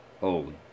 holy